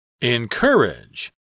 Encourage